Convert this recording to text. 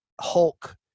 Hulk